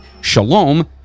Shalom